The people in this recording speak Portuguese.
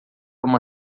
uma